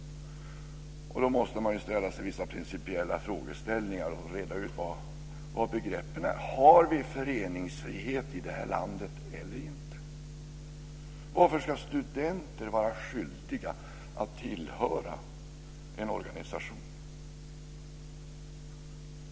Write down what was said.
Då måste man ju ställa vissa principiella frågor och reda ut begreppen. Har vi föreningsfrihet i det här landet eller inte? Varför ska studenter vara skyldiga att tillhöra en organisation?